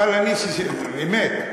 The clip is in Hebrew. אמת.